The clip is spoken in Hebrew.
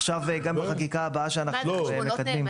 עכשיו גם בחקיקה הבאה שאנחנו מקדמים.